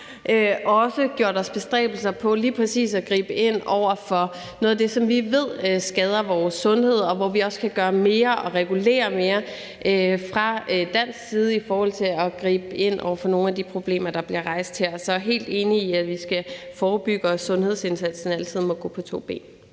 har gjort os bestræbelser på lige præcis at gribe ind over for noget af det, som vi ved skader vores sundhed, og hvor vi også kan gøre mere og regulere mere fra dansk side i forhold til at gribe ind over for nogle af de problemstillinger, der bliver rejst her. Så jeg er helt enig i, at vi skal forebygge, og at sundhedsindsatsen altid må gå på to ben.